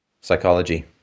psychology